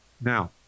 Now